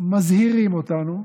מזהירים אותנו,